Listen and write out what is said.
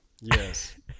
Yes